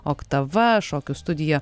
oktava šokių studija